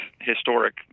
historic